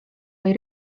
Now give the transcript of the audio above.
või